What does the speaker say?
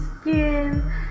skin